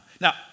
Now